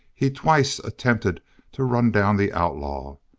he twice attempted to run down the outlaw,